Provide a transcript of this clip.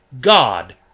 God